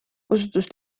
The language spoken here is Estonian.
osutus